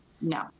no